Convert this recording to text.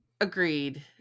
agreed